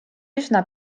üsna